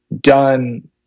done